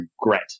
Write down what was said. regret